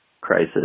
crisis